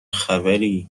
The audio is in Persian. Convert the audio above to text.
خبری